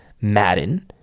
Madden